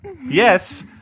Yes